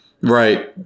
right